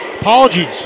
Apologies